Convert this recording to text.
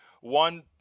one